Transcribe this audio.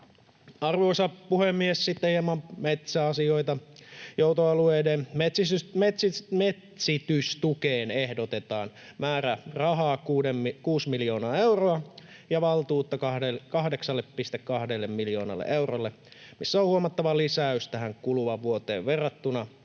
Arvoisa puhemies! Sitten hieman metsäasioita. Joutoalueiden metsitystukeen ehdotetaan määrärahaa 6 miljoonaa euroa ja valtuutta 8,2 miljoonalle eurolle, missä on huomattava lisäys tähän kuluvaan vuoteen verrattuna.